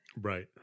right